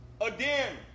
Again